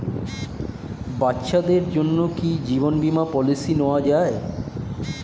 বাচ্চাদের জন্য কি জীবন বীমা পলিসি নেওয়া যায়?